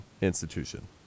institution